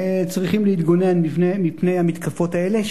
צריכים להתגונן מפני המתקפות האלה,